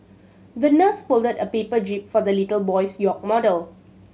the nurse folded a paper jib for the little boy's yacht model